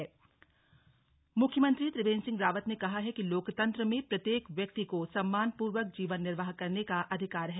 विश्व मानवाधिकार दिवस प्रदेश मुख्यमंत्री त्रिवेन्द्र सिंह रावत ने कहा है कि लोकतंत्र में प्रत्येक व्यक्ति को सम्मानपूर्वक जीवन निर्वाह करने का अधिकार है